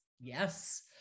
Yes